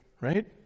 right